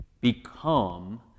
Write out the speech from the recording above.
become